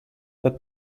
the